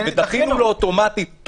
דחינו לו אוטומטית,